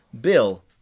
Bill